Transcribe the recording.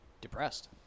depressed